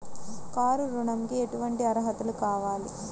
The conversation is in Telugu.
కారు ఋణంకి ఎటువంటి అర్హతలు కావాలి?